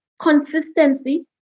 consistency